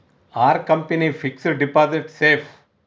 Are company fixed deposit safe?